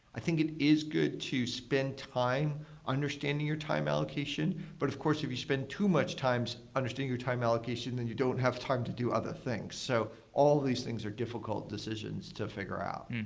i think it is good to spend time understanding your time allocation. but of course, if you spend too much time understanding your time allocation, then you don't have time to do other things. so all these things are difficult decisions to figure out.